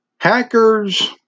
Hackers